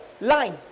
line